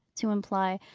to imply,